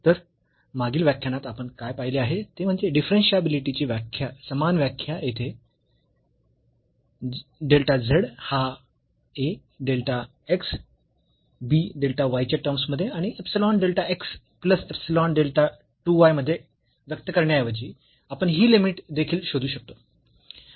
तर मागील व्याख्यानात आपण काय पाहिले आहे ते म्हणजे डिफरन्शियाबिलिटीची समान व्याख्या येथे डेल्टा z हा a delta x b delta y च्या टर्म्स मध्ये आणि epsilon delta x plus epsilon delta 2 y मध्ये व्यक्त करण्याऐवजी आपण ही लिमिट देखील शोधू शकतो